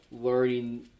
learning